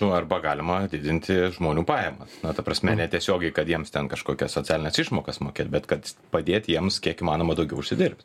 nu arba galima didinti žmonių pajamas na ta prasme netiesiogiai kad jiems ten kažkokias socialines išmokas mokėt bet kad padėti jiems kiek įmanoma daugiau užsidirbti